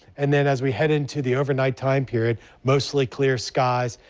and then as we head into the overnight time period, mostly clear skies.